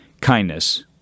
kindness